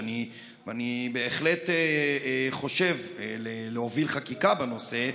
ואני בהחלט חושב להוביל חקיקה בנושא,